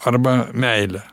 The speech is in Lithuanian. arba meilę